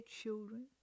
children